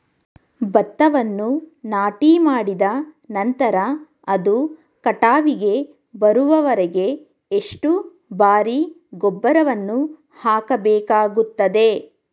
ಭತ್ತವನ್ನು ನಾಟಿಮಾಡಿದ ನಂತರ ಅದು ಕಟಾವಿಗೆ ಬರುವವರೆಗೆ ಎಷ್ಟು ಬಾರಿ ಗೊಬ್ಬರವನ್ನು ಹಾಕಬೇಕಾಗುತ್ತದೆ?